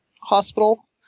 Hospital